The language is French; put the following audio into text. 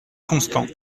constant